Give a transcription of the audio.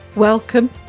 Welcome